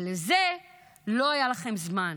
אבל לזה לא היה לכם זמן.